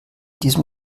diesem